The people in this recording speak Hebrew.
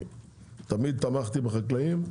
תמיד תמכתי בחקלאים,